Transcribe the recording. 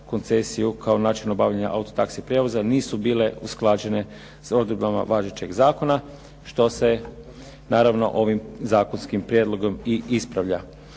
koncesiju kao način obavljanja auto taxi prijevoza nisu bile usklađene sa odredbama važećeg zakona što se naravno ovim zakonskim prijedlogom i ispravlja.